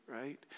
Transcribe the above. right